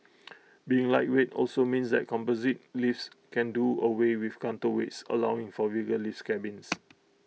being lightweight also means that composite lifts can do away with counterweights allowing for bigger lift cabins